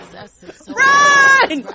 Run